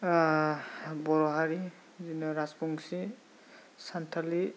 बर' हारि बिदिनो राजबंसि सानथालि